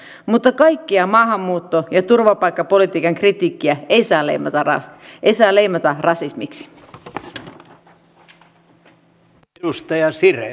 hallitus on asian merkityksen nähnyt ja on perustamassa hallitusohjelman mukaisesti lainsäädännön vaikutusarvioelimen jonka tehtävä on varmistaa lainsäädännön vaikutusarviointien laatu